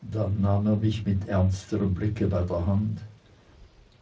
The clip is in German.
dann nahm er mich mit ernsterm blicke bei der hand